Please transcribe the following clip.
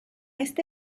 este